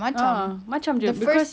a'ah macam jer cause